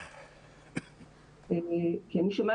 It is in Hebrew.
אני רוצה